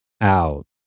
out